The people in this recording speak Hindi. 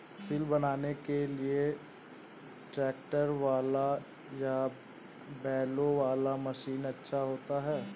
सिल बनाने के लिए ट्रैक्टर वाला या बैलों वाला मशीन अच्छा होता है?